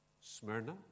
Smyrna